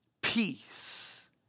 peace